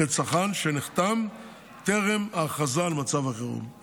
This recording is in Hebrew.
לצרכן שנחתם טרם ההכרזה על מצב חירום,